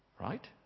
Right